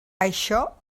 això